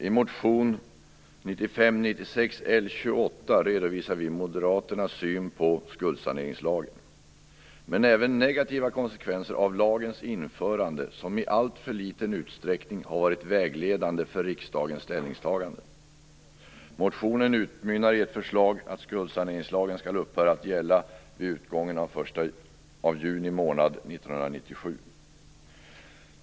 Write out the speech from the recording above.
I motion 1995/96:L28 redovisar vi Moderaternas syn på skuldsaneringslagen, men även negativa konsekvenser av lagens införande, som i alltför liten utsträckning har varit vägledande för riksdagens ställningstaganden. Motionen utmynnar i ett förslag att skuldsaneringslagen skall upphöra att gälla vid utgången av juni månad 1997.